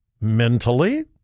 mentally